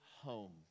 home